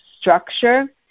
structure